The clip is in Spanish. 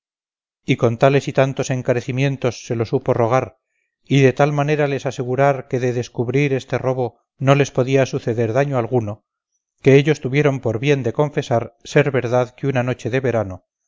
y con tales y tantos encarecimientos se lo supo rogar y de tal manera les asegurar que de descubrir este robo no les podía suceder daño alguno que ellos tuvieron por bien de confesar ser verdad que una noche de verano